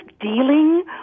dealing